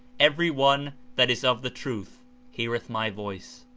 every one that is of the truth heareth my voice